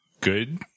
good